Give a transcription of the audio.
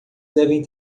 devem